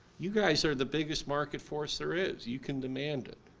you guys are the biggest market force there is. you can demand it.